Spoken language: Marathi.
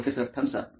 professor thumbs up